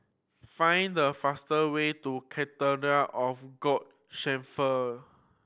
find the fastest way to Cathedral of Shepherd